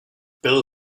bill